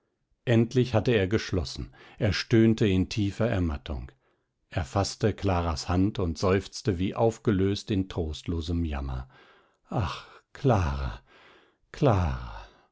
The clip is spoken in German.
endlich hatte er geschlossen er stöhnte in tiefer ermattung er faßte claras hand und seufzte wie aufgelöst in trostlosem jammer ach clara clara